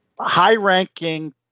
high-ranking